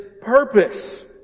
purpose